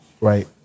Right